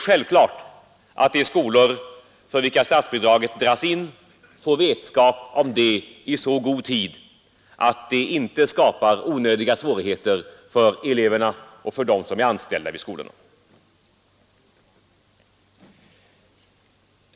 Självklart skall de skolor för vilka statsbidraget dras in få vetskap därom i så god tid att det inte skapas onödiga svårigheter för eleverna och för dem som är anställda vid skolorna.